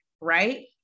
right